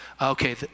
Okay